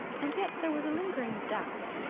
and yet there was a lingering doubt.